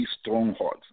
strongholds